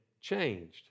changed